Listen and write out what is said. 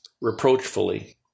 reproachfully